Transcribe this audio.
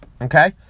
okay